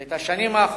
ואת השנים האחרונות